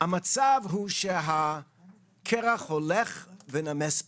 המצב הוא שהקרח הולך ונמס בעולם.